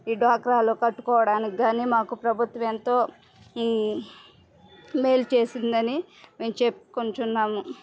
ఈ డ్వాక్రాలో కట్టుకోవడానికి కానీ మాకు ప్రభుత్వం ఎంతో మేలు చేసిందని మేము చెప్పుకొనుచున్నాము